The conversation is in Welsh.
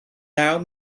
naw